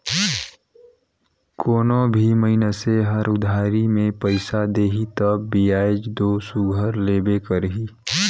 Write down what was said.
कोनो भी मइनसे हर उधारी में पइसा देही तब बियाज दो सुग्घर लेबे करही